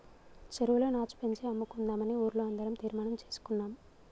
చెరువులో నాచు పెంచి అమ్ముకుందామని ఊర్లో అందరం తీర్మానం చేసుకున్నాం